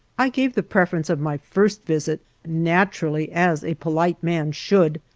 i gave the preference of my first visit, naturally, as a polite man should,